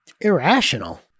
Irrational